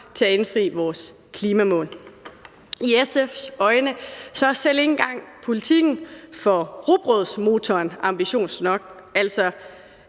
til at indfri vores klimamål. I SF's øjne er selv politikken for rugbrødsmotoren ikke engang